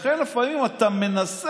לכן, לפעמים אתה מנסה,